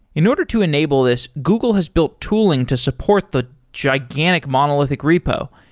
in order to enable this, google has built tooling to support the gigantic monolithic repo,